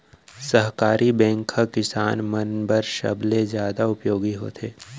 सहकारी बैंक ह किसान मन बर सबले जादा उपयोगी होथे